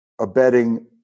abetting